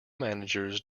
managers